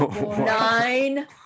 Nine